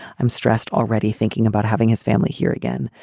i'm stressed already thinking about having his family here again.